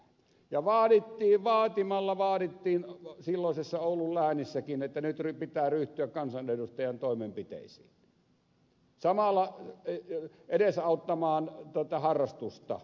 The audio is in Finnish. ja vaadittiin vaatimalla vaadittiin silloisessa oulun läänissäkin että nyt pitää ryhtyä kansanedustajan toimenpiteisiin samalla edesauttamaan harrastusta